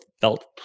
felt